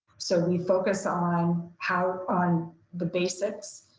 so we focus on how, on the basics,